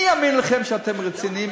מי יאמין לכם שאתם רציניים?